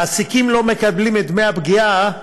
מעסיקים לא מקבלים את דמי הפגיעה מהמדינה,